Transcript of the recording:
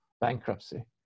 bankruptcy